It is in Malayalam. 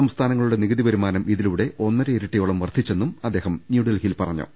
സംസ്ഥാനങ്ങളുടെ നികുതി വരുമാനം ഇതിലൂടെ ഒന്നര ഇരട്ടിയോളം വർദ്ധിച്ചെന്നും അദ്ദേഹം ന്യൂഡൽഹിയിൽ പറഞ്ഞു